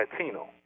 Latino